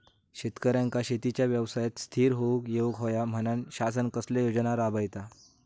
शेतकऱ्यांका शेतीच्या व्यवसायात स्थिर होवुक येऊक होया म्हणान शासन कसले योजना राबयता?